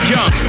Young